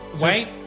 Wait